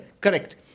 Correct